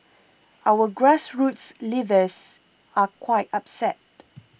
our grassroots leaders are quite upset